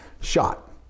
shot